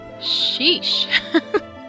Sheesh